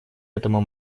этому